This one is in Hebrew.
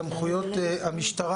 סמכויות המשטרה